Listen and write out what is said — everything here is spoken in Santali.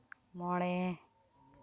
ᱢᱚᱬᱮ